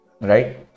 Right